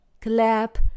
Clap